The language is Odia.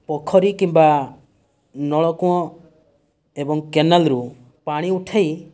ପୋଖରୀ କିମ୍ବା ନଳକୂଅ ଏବଂ କେନାଲରୁ ପାଣି ଉଠାଇ